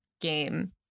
game